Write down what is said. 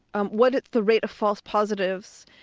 um what is the rate of false positives,